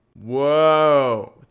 Whoa